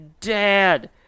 Dad